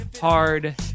hard